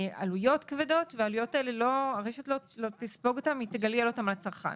עלויות כבדות ואת העלויות האלה הרשת לא תספוג אלא היא תגלגל אותן לצרכן.